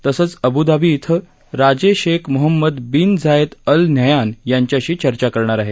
तसंच Abu Dhabi इथे राजे Sheikh Mohammed bin Zayed Al Nahyan यांच्याशी चर्चा करणार आहेत